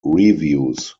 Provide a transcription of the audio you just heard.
reviews